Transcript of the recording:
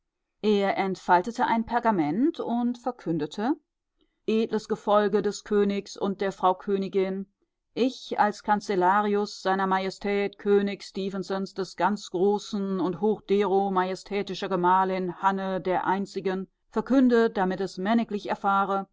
er entfaltete ein pergament und verkündete edles gefolge des königs und der frau königin ich als kanzellarius seiner majestät könig stefensons des ganzgroßen und hochdero majestätischer gemahlin hanne der einzigen verkünde damit es männiglich erfahre